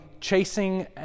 chasing